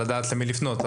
לדעת למי לפנות.